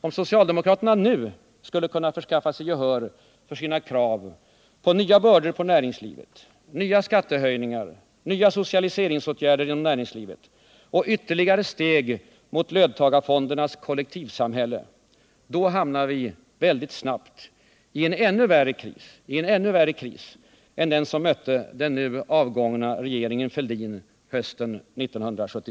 Om socialdemokraterna nu skulle kunna förskaffa gehör för sina krav på nya bördor på näringslivet, nya skattehöjningar, nya socialiseringsåtgärder inom näringslivet och ytterligare steg mot löntagarfondernas Nr 21 kollektivsamhälle, då hamnar vi väldigt snabbt i en ännu värre kris än den Onsdagen den som hösten 1976 mötte den nu avgångna regeringen Fälldin.